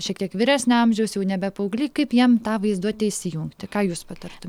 šiek tiek vyresnio amžiaus jau nebe paaugliai kaip jiem tą vaizduotę įsijungti ką jūs patartumė